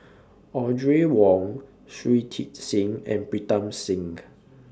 Audrey Wong Shui Tit Sing and Pritam Singh